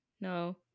No